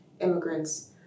immigrants